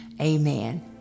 Amen